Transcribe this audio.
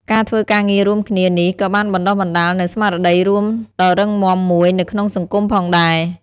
ការធ្វើការងាររួមគ្នានេះក៏បានបណ្ដុះបណ្ដាលនូវស្មារតីរួមដ៏រឹងមាំមួយនៅក្នុងសង្គមផងដែរ។